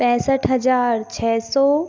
पैंसठ हज़ार छः सौ